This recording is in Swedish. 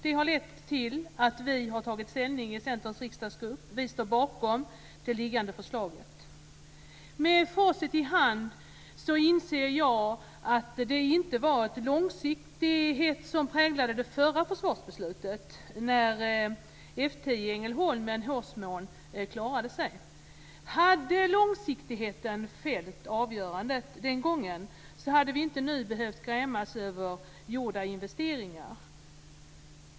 Det har lett till att vi i Centerns riksdagsgrupp har tagit ställning. Vi står alltså bakom liggande förslag. Med facit i hand inser jag att det inte var långsiktighet som präglade förra försvarsbeslutet när F 10 i Ängelholm med en hårsmån klarade sig. Hade långsiktigheten den gången fällt avgörandet skulle vi inte nu ha behövt grämas över gjorda investeringar.